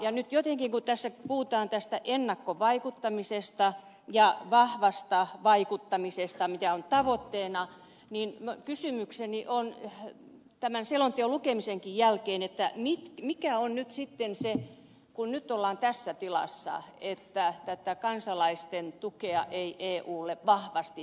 nyt jotenkin kun tässä puhutaan ennakkovaikuttamisesta ja vahvasta vaikuttamisesta mikä on tavoitteena kysymykseni on tämän selonteon lukemisenkin jälkeen että niitä mikä on nyt sitten se kun nyt ollaan tässä tilassa että kansalaisten tukea ei eulle vahvasti tule